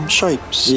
shapes